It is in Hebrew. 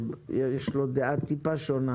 שיש לו דעה טיפה שונה,